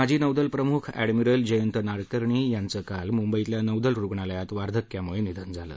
माजी नौदल प्रमुख अध्मीरल जयंत नाडकर्णी यांचं काल मुंबईतल्या नौदल रुग्णालयातवार्धक्यामुळे निधन झालं